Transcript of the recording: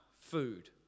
food